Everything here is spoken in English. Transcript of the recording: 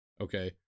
okay